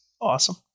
Awesome